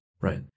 Right